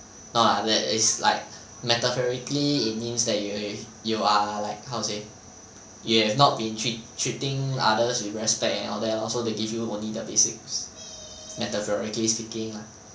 no ah there is like metaphorically it means that you you are like how to say you have not been treat treating others with respect and all that lor also they give you only the basics metaphorically speaking lah